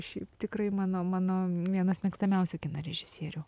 šiaip tikrai mano mano vienas mėgstamiausių kino režisierių